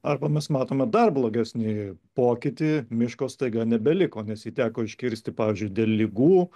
arba mes matome dar blogesnį pokytį miško staiga nebeliko nes jį teko iškirsti pavyzdžiui dėl ligų